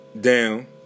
down